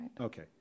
Okay